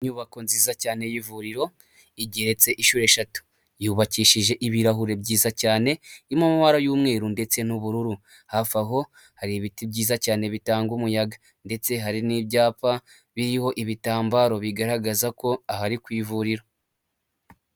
Inyubako nziza cyane y'ivuriro, igiretse inshuro eshatu yubakishije ibirahuri byiza cyane, irimo amabara y'umweru ndetse n'ubururu, hafi aho hari ibiti byiza cyane bitanga umuyaga ndetse hari n'ibyapa biriho ibitambaro bigaragaza ko aha ari ku ivuriro.